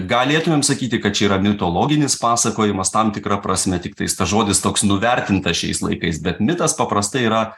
galėtumėm sakyti kad čia yra mitologinis pasakojimas tam tikra prasme tiktais tas žodis toks nuvertintas šiais laikais bet mitas paprastai yra